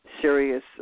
serious